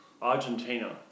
Argentina